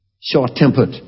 short-tempered